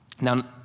Now